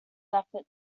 effort